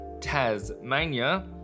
Tasmania